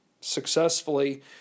successfully